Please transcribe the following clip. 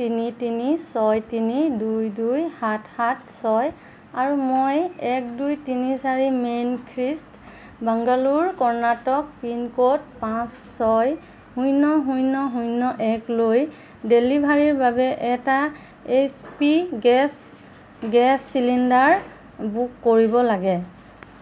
তিনি তিনি ছয় তিনি দুই দুই সাত সাত ছয় আৰু মই এক দুই তিনি চাৰি main street Bangalore Karnataka pin code পাঁচ ছয় শূন্য শূন্য শূন্য একলৈ ডেলিভাৰীৰ বাবে এটা H P gas gas cylinder book কৰিব লাগে